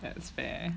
it is fair